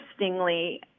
interestingly